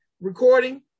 recording